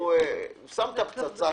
כאן פצצה